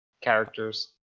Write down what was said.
characters